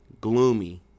Gloomy